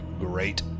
great